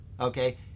Okay